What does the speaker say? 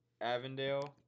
Avondale